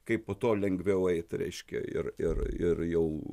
kaip po to lengviau eit reiškia ir ir ir jau